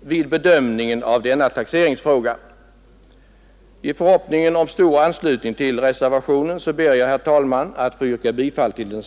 vid bedömningen av denna taxeringsfråga. I förhoppning om stor anslutning till reservationen ber jag, herr talman, att få yrka bifall till denna.